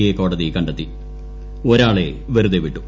A കോടതി കണ്ടെത്തി ഒരാളെ വെറുതെ വിട്ടു